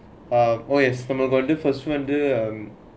oh yes நம்பேளுக்கு வந்து:nambaelukku vanthu first வந்து:vanthu